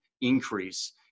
increase